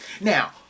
now